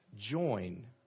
join